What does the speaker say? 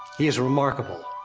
he is remarkable.